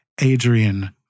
Adrian